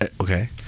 Okay